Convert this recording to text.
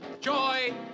joy